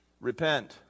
Repent